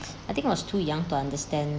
I think I was too young to understand